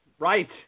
Right